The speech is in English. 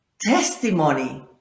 testimony